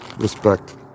Respect